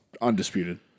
undisputed